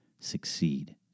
succeed